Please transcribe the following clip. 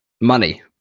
money